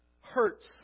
hurts